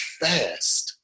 fast